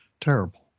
Terrible